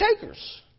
takers